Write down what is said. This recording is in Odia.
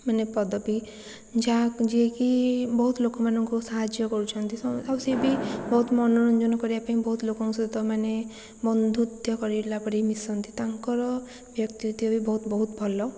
ମାନେ ପଦଵୀ ଯାହା ଯିଏକି ବହୁତ ଲୋକମାନଙ୍କୁ ସାହାଯ୍ୟ କରୁଛନ୍ତି ସ ଅ ଆଉ ସିଏ ବି ବହୁତ ମନୋରଞ୍ଜନ କରିବାପାଇଁ ବହୁତ ଲୋକଙ୍କ ସହିତ ମାନେ ବନ୍ଧୁତ୍ୱ କରିଲା ପରି ମାନେ ମିଶନ୍ତି ତାଙ୍କର ବ୍ୟକ୍ତିତ୍ଵ ବି ବହୁତ ବହୁତ ଭଲ